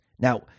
Now